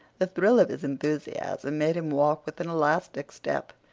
the thrill of his enthusiasm made him walk with an elastic step.